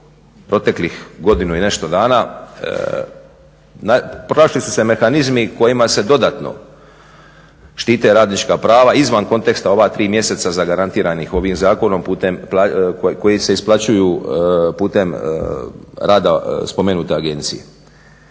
proteklih godinu i nešto dana, pronašli su se mehanizmi kojima se dodatno štite radnička prava izvan konteksta ova tri mjeseca zagarantiranih ovim zakonom putem koji se isplaćuju putem rada spomenute agencije.